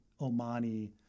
Omani